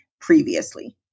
previously